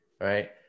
right